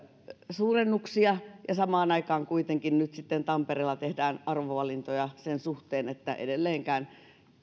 suurennuksia ja samaan aikaan kuitenkin nyt sitten tampereella tehdään arvovalintoja sen suhteen niin että edelleenkään